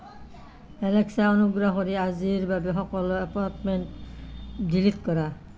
Alexa অনুগ্ৰহ কৰি আজিৰ বাবে সকলো এপ'ণ্টমেণ্ট ডিলিট কৰা